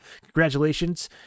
congratulations